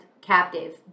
captive